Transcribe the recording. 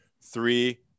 three